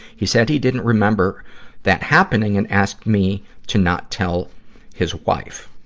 he said he didn't remember that happening and asked me to not tell his wife,